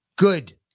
Good